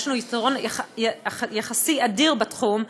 יש לנו יתרון יחסי אדיר בתחום,